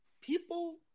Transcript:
people